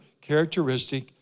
characteristic